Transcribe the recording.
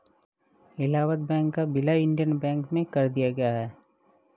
Allahabad bank का विलय Indian bank में कर दिया गया है